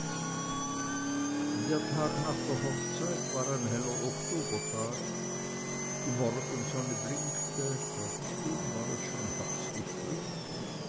der tag nach der hochzeit war ein heller oktobertag die morgensonne blinkte trotzdem war es schon herbstlich frisch